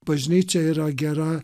bažnyčia yra gera